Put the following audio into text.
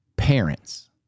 Parents